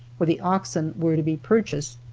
where the oxen were to be purchased.